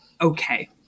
okay